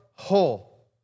Whole